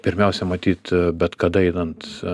pirmiausia matyt bet kada einant